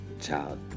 child